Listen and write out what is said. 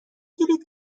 بگیرید